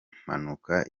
mpanuka